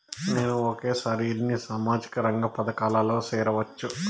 నేను ఒకేసారి ఎన్ని సామాజిక రంగ పథకాలలో సేరవచ్చు?